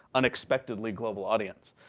unexpectedly global audience.